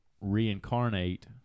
reincarnate